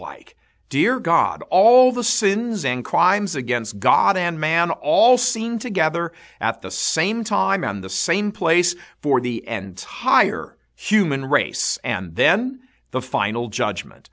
like dear god all the sins and crimes against god and man all seen together at the same time on the same place for the end higher human race and then the final judgment